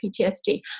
PTSD